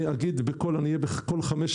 אמרתי לאשתי 'איך יכול להיות שאיש חינוך